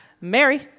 Mary